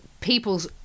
people's